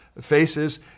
faces